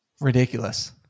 Ridiculous